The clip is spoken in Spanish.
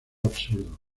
absurdo